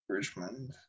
Richmond